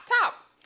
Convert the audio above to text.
top